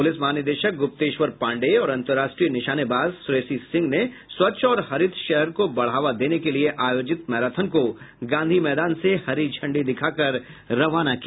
police महानिदेशक गुप्तेश्वर पाण्डेय और अंतरराष्ट्रीय निशानेबाज श्रेयसी सिंह ने स्वच्छ और हरित शहर को बढ़ावा देने के लिये आयोजित मैराथन को गांधी मैदान से हरी झंडी दिखाकर रवाना किया